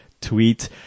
tweet